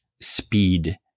speed